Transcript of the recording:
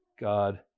God